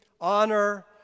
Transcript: honor